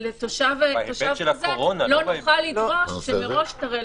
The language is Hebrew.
שמתושב כזה - לא נוכל לדרוש שמראש תראה